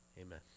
Amen